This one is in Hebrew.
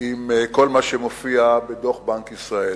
עם כל מה שמופיע בדוח בנק ישראל.